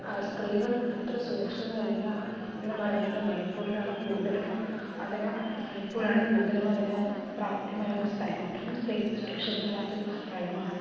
സ്ത്രീകൾ അത്ര സുരക്ഷിതരല്ല എന്ന് പറയുന്നത് മണിപ്പൂരിലാണ് കൂടുതലും അതിനെ മണിപ്പൂർ ആണ് കൂടുതലും അതിനെ പ്രാപ്ത്യമായ ഒരു സ്ഥലം അത്രയും സ്ത്രീകൾ സുരക്ഷിതമല്ലാത്ത ഒരു സ്ഥലമാണത്